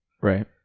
right